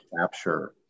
capture